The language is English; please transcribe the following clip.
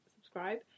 Subscribe